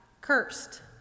cursed